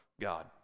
God